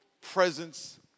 presence